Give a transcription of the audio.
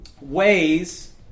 ways